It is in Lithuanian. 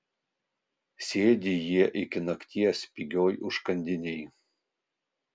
sėdi jie iki nakties pigioj užkandinėj